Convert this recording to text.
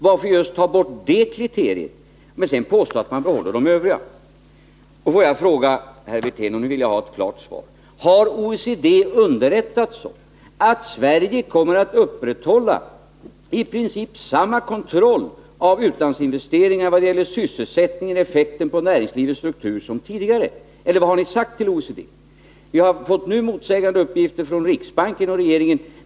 Varför ta bort just det kriteriet och sedan påstå att vi behåller de övriga? Får jag fråga herr Wirtén — och nu vill jag ha ett klart svar: Har OECD underrättats om att Sverige kommer att upprätthålla i princip samma kontroll av utlandsinvesteringar i vad gäller sysselsättningen och effekten på näringslivets struktur som tidigare, eller vad har ni sagt till OECD? Vi har fått motsägande uppgifter från riksbanken och regeringen.